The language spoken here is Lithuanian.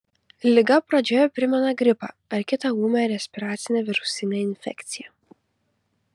liga pradžioje primena gripą ar kitą ūmią respiracinę virusinę infekciją